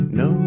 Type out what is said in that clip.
no